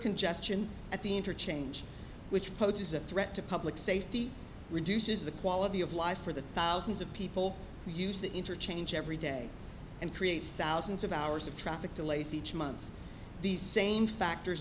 congestion at the interchange which poses a threat to public safety reduces the quality of life for the thousands of people who use the interchange every day and creates thousands of hours of traffic delays each month the same factors